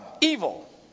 evil